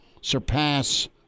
surpass